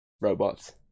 robots